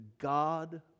God